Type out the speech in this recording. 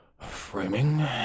framing